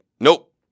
nope